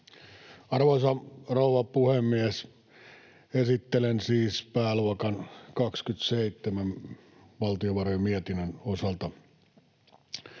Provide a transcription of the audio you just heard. Arvoisa rouva puhemies! Esittelen siis pääluokan 27 valtiovarojen mietinnön osalta: